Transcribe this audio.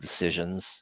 decisions